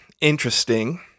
interesting